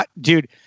dude